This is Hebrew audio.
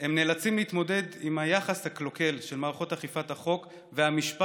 הם נאלצים להתמודד עם היחס הקלוקל של מערכות אכיפת החוק והמשפט,